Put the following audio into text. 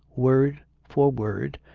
word for word,